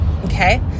Okay